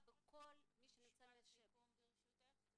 משפט סיכום, ברשותך.